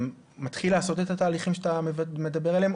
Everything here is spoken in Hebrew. שמתחיל לעשות את התהליכים שאתה מדבר עליהם?